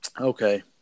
okay